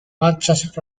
manchas